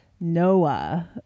noah